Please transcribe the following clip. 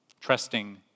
trusting